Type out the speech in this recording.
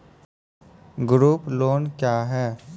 Group loan क्या है?